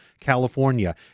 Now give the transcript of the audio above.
California